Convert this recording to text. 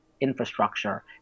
infrastructure